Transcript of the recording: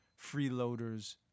freeloaders